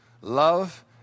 love